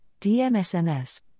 DMSNS